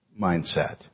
mindset